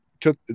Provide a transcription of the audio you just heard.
took